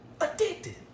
Addicted